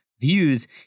views